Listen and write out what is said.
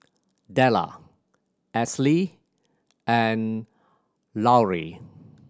Dellar Esley and Lauri